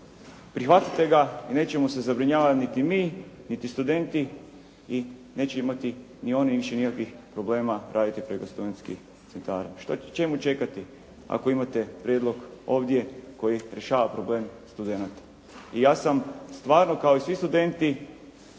prihvatite ga i nećemo se zabrinjavati niti mi, niti studenti i neće imati ni oni više nikakvih problema raditi preko studentskih centara. Čemu čekati ako imate prijedlog ovdje koji rješava problem studenata? I ja sam stvarno kao i svi studenti